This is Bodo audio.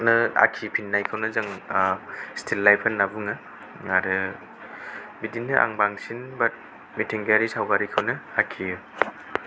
आखिफिननायखौनो जों ओ स्टिल लाइफ होनना बुङो आरो बिदिनो आं बांसिन मिथिंगायारि सावगारिखौनो आखियो